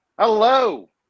Hello